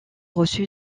reçu